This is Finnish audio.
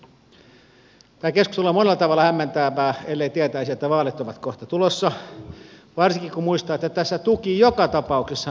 tämä keskustelu olisi monella tavalla hämmentävää ellei tietäisi että vaalit ovat kohta tulossa varsinkin kun muistaa että tässä tuki joka tapauksessa nousee